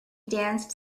danced